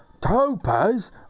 Topaz